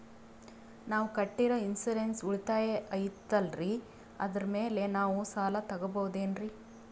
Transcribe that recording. ನಾವು ಕಟ್ಟಿರೋ ಇನ್ಸೂರೆನ್ಸ್ ಉಳಿತಾಯ ಐತಾಲ್ರಿ ಅದರ ಮೇಲೆ ನಾವು ಸಾಲ ತಗೋಬಹುದೇನ್ರಿ?